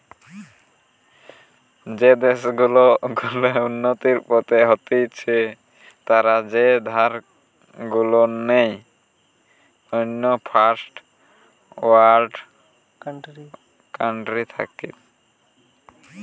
যেই দেশ গুলা উন্নতির পথে হতিছে তারা যে ধার গুলা নেই অন্য ফার্স্ট ওয়ার্ল্ড কান্ট্রি থাকতি